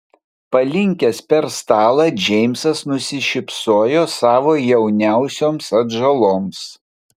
palinkęs per stalą džeimsas nusišypsojo savo jauniausioms atžaloms